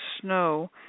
snow